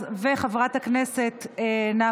הצעה של חברת הכנסת נירה שפק וקבוצת חברי הכנסת,